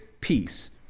peace